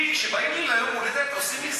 כשבאים אלי ליום הולדת ועושים לי,